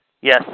Yes